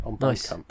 nice